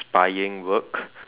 spying work